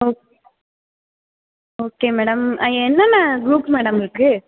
okay okay madam என்னென்ன group madam இருக்கு